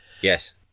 Yes